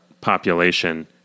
population